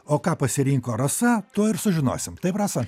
o ką pasirinko rasa tuoj ir sužinosim taip rasa